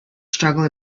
struggle